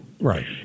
Right